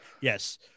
Yes